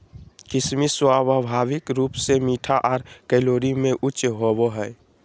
किशमिश स्वाभाविक रूप से मीठा आर कैलोरी में उच्च होवो हय